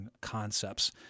concepts